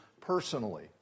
personally